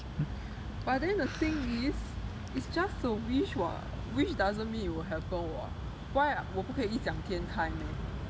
but then the thing is it's just a wish [what] wish doesn't mean it will happen [what] why ah 我不可以一直想天开 meh